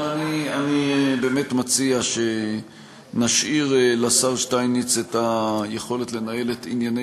אבל אני באמת מציע שנשאיר לשר שטייניץ את היכולת לנהל את ענייני